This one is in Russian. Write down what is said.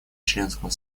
членского